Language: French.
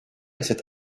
cette